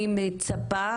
אני מצפה